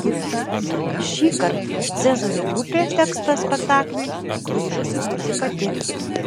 šįkart cezario grupė tekstą spektakliui ryžosi kurti pati